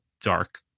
dark